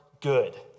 good